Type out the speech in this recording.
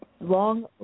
Long